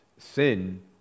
Sin